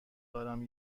دارم